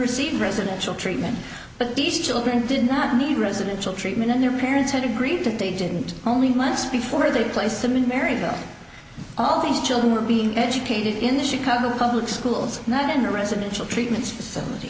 receiving residential treatment but these children did not need residential treatment and their parents had agreed that they didn't only months before they placed them in america all these children were being educated in the chicago public schools not in residential treatment facilit